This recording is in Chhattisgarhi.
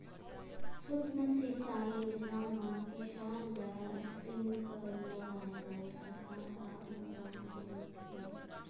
सुक्ष्म सिंचई योजना म किसान ल स्प्रिंकल लगाए बर सरकार ह अनुदान देवत हे